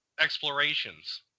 explorations